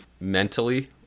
mentally